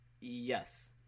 Yes